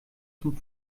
zum